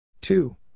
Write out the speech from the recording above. Two